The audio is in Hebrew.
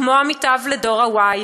כמו עמיתיו לדור ה-Y,